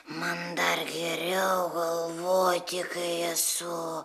man dar geriau galvoti kai esu